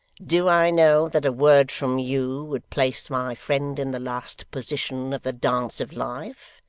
do i know that a word from you would place my friend in the last position of the dance of life?